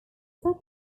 second